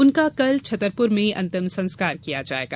उनका कल छतरपूर में अंतिम संस्कार किया जायेगा